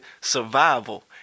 Survival